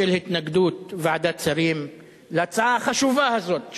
בשל התנגדות ועדת השרים להצעה החשובה הזאת,